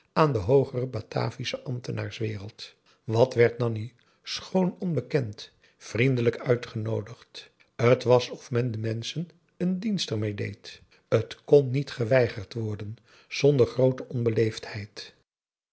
aan de hoogere bataviasche ambtenaarswereld wat werd nanni schoon onbekend vriendelijk uitgenoodigd t was of men de menschen een dienst ermeê deed t kon niet geweigerd worden zonder groote